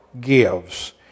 gives